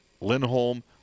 Lindholm